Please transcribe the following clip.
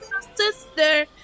sister